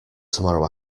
tomorrow